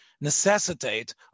Necessitate